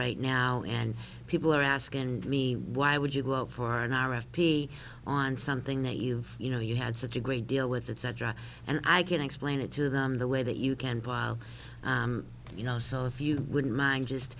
right now and people are asking me why would you go out for an r f p on something that you've you know you had such a great deal with that said and i can explain it to them the way that you can you know so if you wouldn't mind just